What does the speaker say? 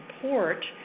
support